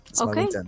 Okay